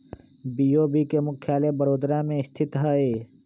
BOB के मुख्यालय बड़ोदरा में स्थित हइ